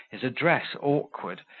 his address awkward,